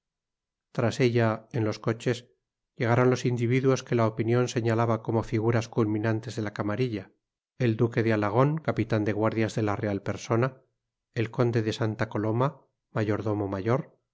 tras ella en otros coches llegaron los individuos que la opinión señalaba como figuras culminantes de la camarilla el duque de alagón capitán de guardias de la real persona el conde de santa coloma mayordomo mayor